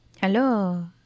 Hello